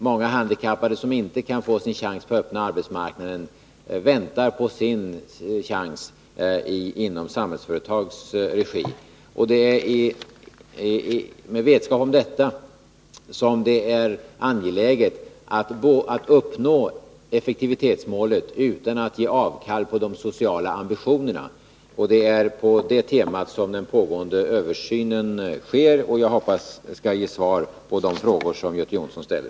Många handikappade, som inte kan få sig en chans på den öppna arbetsmarknaden, väntar på sin chans inom Samhällsföretags regi. Det är med vetskap om detta som det är angeläget att uppnå effektivitetsmålet utan att avstå från de sociala ambitionerna. Det är med utgångspunkt i det temat som den pågående översynen sker. Jag hoppas att den skall ge svar på de frågor som Göte Jonsson ställer.